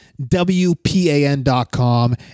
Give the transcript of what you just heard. WPAN.com